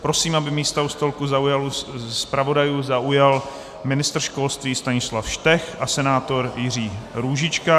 Prosím, aby místa u stolku zpravodajů zaujal ministr školství Stanislav Štech a senátor Jiří Růžička.